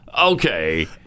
okay